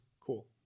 cool